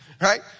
right